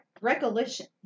recollection